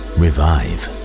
revive